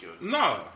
No